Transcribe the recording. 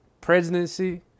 presidency